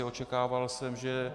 Očekával jsem, že...